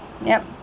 yup